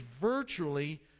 virtually